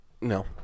no